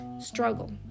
struggle